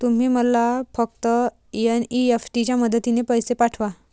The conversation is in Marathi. तुम्ही मला फक्त एन.ई.एफ.टी च्या मदतीने पैसे पाठवा